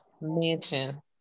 mansion